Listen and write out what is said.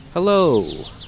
Hello